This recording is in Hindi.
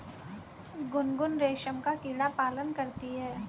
गुनगुन रेशम का कीड़ा का पालन करती है